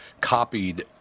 copied